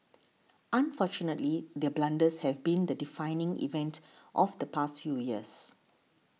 unfortunately their blunders have been the defining event of the past few years